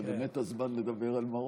אז זה באמת הזמן לדבר על מרוקו.